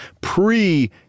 pre